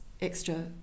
extra